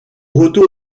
retour